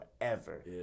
forever